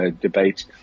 debate